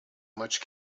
much